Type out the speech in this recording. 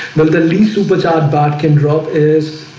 but the least super sad bat can drop is